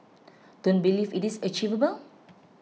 don't believe it is achievable